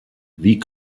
wie